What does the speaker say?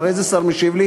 איזה שר משיב לי?